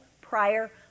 prior